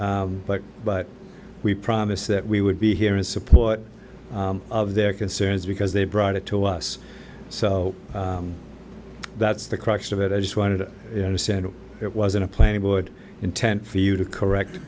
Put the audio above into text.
tonight but but we promised that we would be here in support of their concerns because they brought it to us so that's the crux of it i just wanted to understand it was in a plan it would intend for you to correct